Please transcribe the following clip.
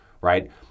Right